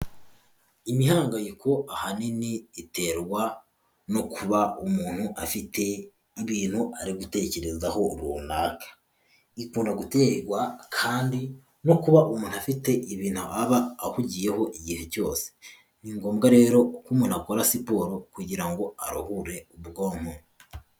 Imihangayiko ahanini iterwa no kuba umuntu afite ibintu ari gutekerezaho runaka. Ikunda guterwa kandi no kuba umuntu afite ibintu aba ahugiyeho igihe cyose. Ni ngombwa rero ko umuntu akora siporo kugira ngo aruhure ubwonko.